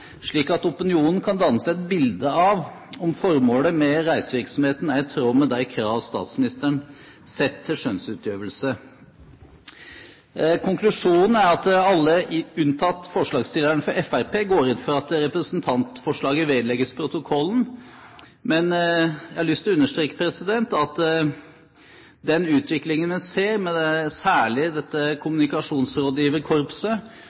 slik at opinionen kan danne seg et bilde av om formålet med reisevirksomheten er i tråd med de krav statsministeren setter til skjønnsutøvelse. Konklusjonen er at alle, unntatt medlemmene fra Fremskrittspartiet, går inn for at representantforslaget vedlegges protokollen. Men jeg har lyst til å understreke at den utviklingen vi ser, særlig med dette kommunikasjonsrådgiverkorpset, gjør at det